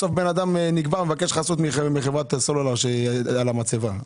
בסוף אדם נקבר, מבקש חסות מחברת הסלולר על המצבה.